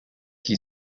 chi